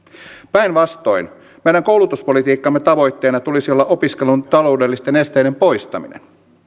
päinvastoin meidän koulutuspolitiikkamme tavoitteena tulisi olla opiskelun taloudellisten esteiden poistaminen